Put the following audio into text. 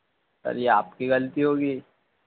sir ये आपकी गलती होगी